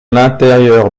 l’intérieur